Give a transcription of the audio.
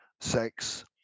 sex